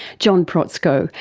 john protzko,